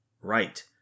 Right